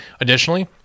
Additionally